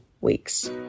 weeks